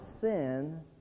sin